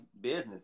business